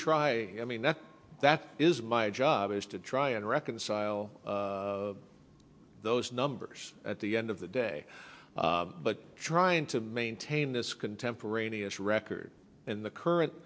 try i mean that that is my job is to try and reconcile those numbers at the end of the day but trying to maintain this contemporaneous record in the current